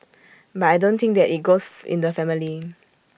but I don't think that IT goes in the family